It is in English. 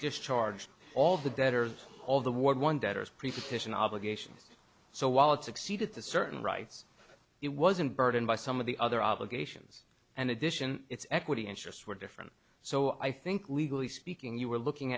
discharged all the debtors all the ward one debtors presupposition obligations so while it succeeded to certain rights it wasn't burdened by some of the other obligations and addition it's equity interests were different so i think legally speaking you were looking